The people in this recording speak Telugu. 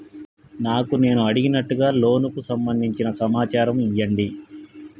నాకు నేను అడిగినట్టుగా లోనుకు సంబందించిన సమాచారం ఇయ్యండి?